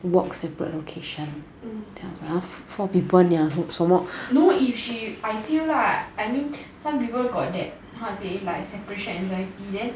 walk separate location then I was like !huh! four people nia walk 什么 no if she I feel lah I mean some people got that separation anxiety